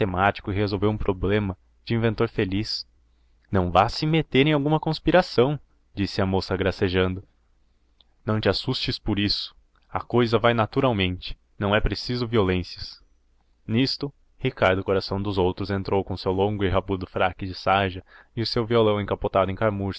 que resolveu um problema de inventor feliz não se vá meter em alguma conspiração disse a moça gracejando não te assustes por isso a cousa vai naturalmente não é preciso violências nisto ricardo coração dos outros entrou com o seu longo e rabudo fraque de sarja e o seu violão encapotado em camurça